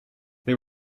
they